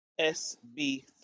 SB